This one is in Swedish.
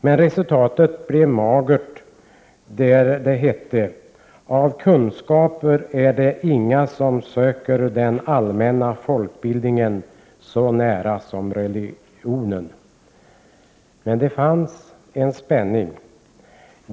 Men resultatet blev magert, och det hette: ”Av kunskaper är det inga som söker den allmänna folkbildningen så nära som religionen.” Men det fanns en spänning.